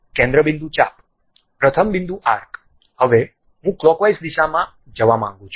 કેન્દ્ર બિંદુ ચાપ પ્રથમ બિંદુ આર્ક હવે હું ક્લોકવાઇઝ દિશામાં જવા માંગુ છું